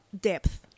depth